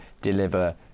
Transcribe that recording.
deliver